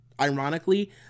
ironically